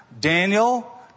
Daniel